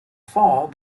fall